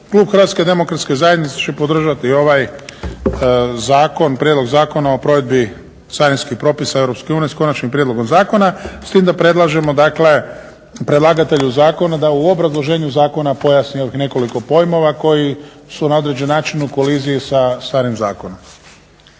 Klub HDZ-a će podržati ovaj zakon, Prijedlog zakona o provedbi carinskih propisa Europske unije, s konačnim prijedlogom zakona, s tim da predlažemo dakle predlagatelju zakona da u obrazloženju zakona pojasni ovih nekoliko pojmova koji su na određen način u koliziji sa starim zakonom.